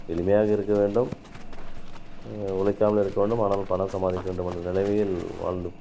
எளிமையாக இருக்க வேண்டும் உழைக்காமல் இருக்க வேண்டும் ஆனாலும் பணம் சம்பாதிக்க வேண்டுமென்ற நிலைமையில் வாழ்ந்து